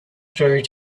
through